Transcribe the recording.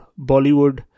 Bollywood